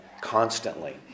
constantly